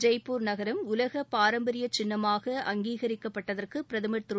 ஜெய்ப்பூர் நகரம் உலக பாரம்பரிய சின்னமாக அங்கீகரிக்கப்பட்டதற்கு பிரதமர் திரு